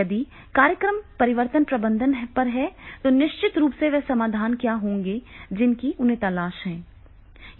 यदि कार्यक्रम परिवर्तन प्रबंधन पर है तो निश्चित रूप से वे समाधान क्या होंगे जिनकी उन्हें तलाश है